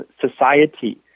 society